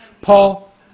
Paul